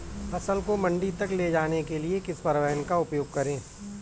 फसल को मंडी तक ले जाने के लिए किस परिवहन का उपयोग करें?